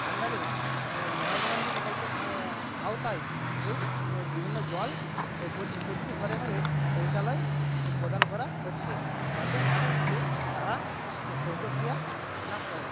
আন্ডারে মহাত্মা গান্ধি প্রকল্পের আওতায় এই বিভিন্ন জল প্রতি প্রতিটি ঘরে ঘরে শৌচালয় প্রদান করা হচ্ছে যাতে মাঠে ঘাটে তারা শৌচক্রিয়া না করে